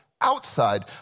outside